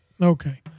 Okay